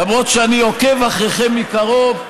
למרות שאני עוקב אחריכם מקרוב,